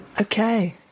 Okay